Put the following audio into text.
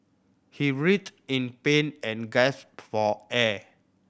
he writhed in pain and gasped for air